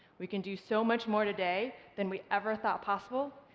we can do so much more today than we ever thought possible.